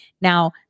now